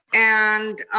and